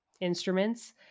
instruments